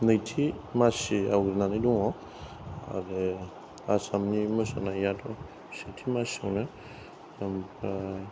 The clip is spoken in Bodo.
नैथि मासिआव दङ आरो आसामनि मोसानायाथ' सेथि मासियावनो ओमफ्राय